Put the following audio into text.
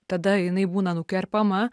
tada jinai būna nukerpama